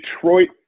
Detroit